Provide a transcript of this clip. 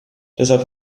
deshalb